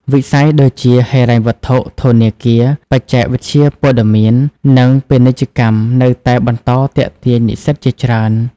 វិស័យដូចជា ហិរញ្ញវត្ថុ ធនាគារ បច្ចេកវិទ្យាព័ត៌មាន និងពាណិជ្ជកម្មនៅតែបន្តទាក់ទាញនិស្សិតជាច្រើន។